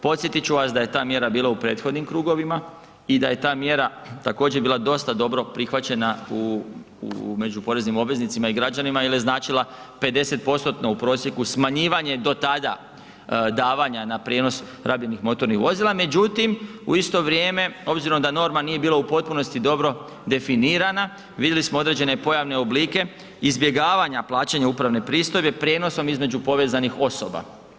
Podsjetiti ću vas da je ta mjera bila u prethodnim krugovima i da je ta mjera također, bila dosta dobro prihvaćena u, među poreznim obveznicima i građanima jer je značila 50%-tno u prosjeku smanjivanje do tada davanja na prijenos rabljenih motornih vozila, međutim, u isto vrijeme, obzirom da norma nije bila u potpunosti dobro definirana, vidjeli smo određene pojavne oblike izbjegavanja plaćanja upravne pristojbe prijenosom između povezanih osoba.